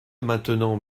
maintenant